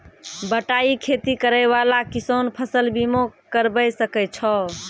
बटाई खेती करै वाला किसान फ़सल बीमा करबै सकै छौ?